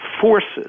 forces